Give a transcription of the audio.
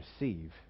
receive